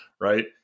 right